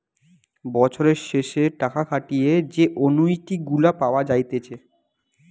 বছরের শেষে টাকা খাটিয়ে যে অনুইটি গুলা পাওয়া যাইতেছে